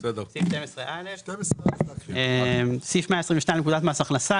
פקודת מס הכנסה - תחילה והוראת מעבר 12. סעיף 122 לפקודת מס הכנסה,